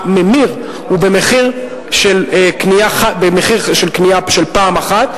הממיר הוא במחיר של קנייה של פעם אחת,